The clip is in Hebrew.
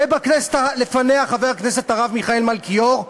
ובכנסת שלפניה חבר הכנסת הרב מיכאל מלכיאור,